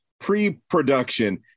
pre-production